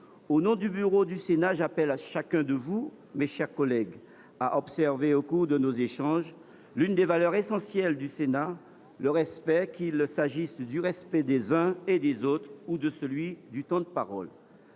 Au nom du bureau du Sénat, j’appelle chacun d’entre vous, mes chers collègues, à observer au cours de nos échanges l’une des valeurs essentielles du Sénat : le respect, qu’il s’agisse du respect des uns et des autres ou de celui du temps de parole.